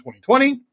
2020